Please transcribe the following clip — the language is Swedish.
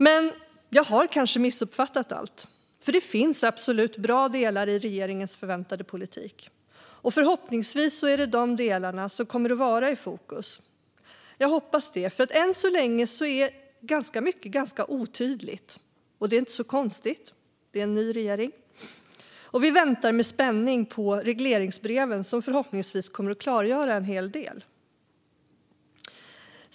Men jag har kanske missuppfattat allt, för det finns absolut bra delar i regeringens förväntade politik. Förhoppningsvis är det de delarna som kommer att vara i fokus. Jag hoppas det. Än så länge är mycket ganska otydligt, och det kanske inte är så konstigt eftersom det är en ny regering. Men vi väntar med spänning på regleringsbreven som förhoppningsvis kommer att klargöra en hel del.